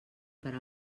per